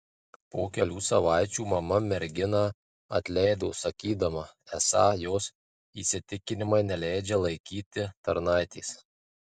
po kelių savaičių mama merginą atleido sakydama esą jos įsitikinimai neleidžią laikyti tarnaitės